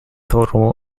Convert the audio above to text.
total